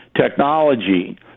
technology